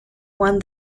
won